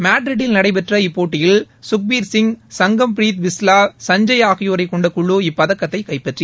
மேட்ரிட்டில் நடைபெற்ற இப்போட்டியில் சுக்பீர்சிங் சங்கம் ப்ரீத் பிஸ்லா சஞ்ஜய் ஆகியோரைக் கொண்ட குழு இப்பதக்கத்தை கைப்பற்றியது